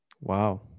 Wow